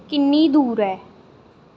किन्नी दूर ऐ